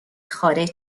خارج